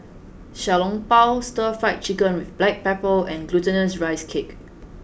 Xiao Long Bao stir fry chicken with black pepper and glutinous rice cake